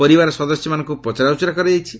ପରିବାର ସଦସ୍ୟମାନଙ୍କୁ ପଚରା ଉଚରା କରାଯାଇଛି